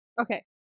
Okay